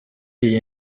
iyi